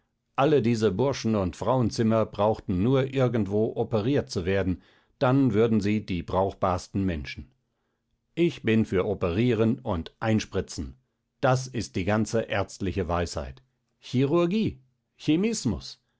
alle diese burschen und frauenzimmer brauchten nur irgendwo operiert zu werden dann würden sie die brauchbarsten menschen ich bin für operieren und einspritzen das ist die ganze ärztliche weisheit chirurgie chemismus